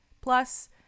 Plus